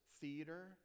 theater